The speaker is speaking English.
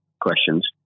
questions